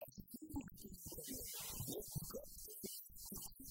אביה נמי זכאי לקבלו. ומכל מקום היא עתידה...